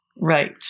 Right